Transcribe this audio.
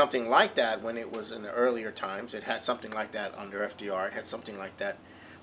something like that when it was in the earlier times it had something like that under f d r had something like that